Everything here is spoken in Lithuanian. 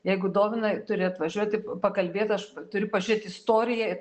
jeigu domina turi atvažiuoti pakalbėt aš turiu pažiūrėt istoriją ir